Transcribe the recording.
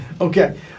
Okay